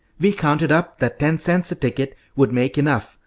we counted up that ten cents a ticket would make enough,